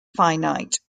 finite